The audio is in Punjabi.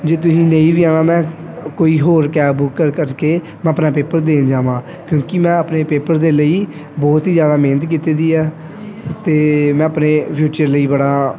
ਜੇ ਤੁਸੀਂ ਨਹੀਂ ਵੀ ਆਉਣਾ ਮੈਂ ਕੋਈ ਹੋਰ ਕੈਬ ਬੁਕ ਕਰ ਕਰਕੇ ਮੈਂ ਆਪਣਾ ਪੇਪਰ ਦੇਣ ਜਾਵਾਂ ਕਿਉਂਕਿ ਮੈਂ ਆਪਣੇ ਪੇਪਰ ਦੇ ਲਈ ਬਹੁਤ ਹੀ ਜ਼ਿਆਦਾ ਮਿਹਨਤ ਕੀਤੀ ਦੀ ਆ ਅਤੇ ਮੈਂ ਆਪਣੇ ਫਿਊਚਰ ਲਈ ਬੜਾ